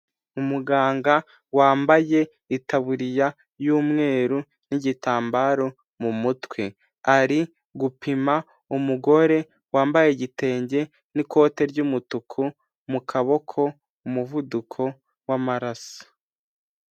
Umuganga wambaye itabuririya y'umweru n'igitambaro mu mutwe, ari gupima umugore wambaye igitenge n'ikote ry'umutuku mu kaboko umuvuduko w'amaraso.